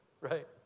right